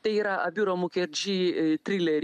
tai yra abiro mukedžį e trilerį